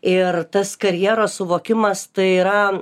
ir tas karjeros suvokimas tai yra